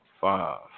five